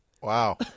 Wow